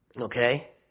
Okay